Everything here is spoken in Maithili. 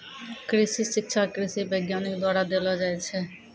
कृषि शिक्षा कृषि वैज्ञानिक द्वारा देलो जाय छै